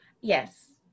yes